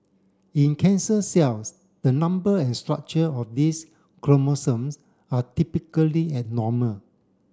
in cancer cells the number and structure of these chromosomes are typically abnormal